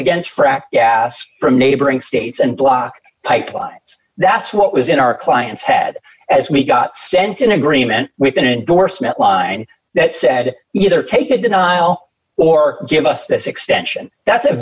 frack gas from neighboring states and block pipelines that's what was in our client's head as we got sent to an agreement with an endorsement line that said you better take a denial or give us this extension that's a